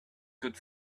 could